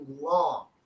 long